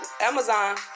Amazon